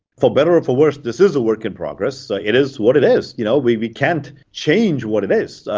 for better or for worse this is a work in progress. ah it is what it is. you know we we can't change what it is.